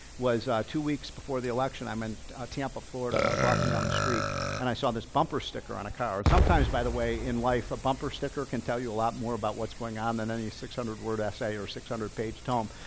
was two weeks before the election. i'm in tampa, florida and i was walking down the street and i saw this bumper sticker on a car. or sometimes by the way in life a bumper sticker can tell you a lot more about what's going on than any six hundred word essay or six hundred page tome.